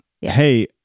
Hey